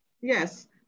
Yes